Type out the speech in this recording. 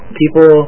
people